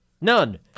None